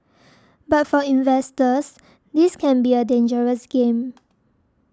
but for investors this can be a dangerous game